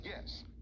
Yes